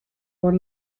were